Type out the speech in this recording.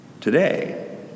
today